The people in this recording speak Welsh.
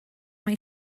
mae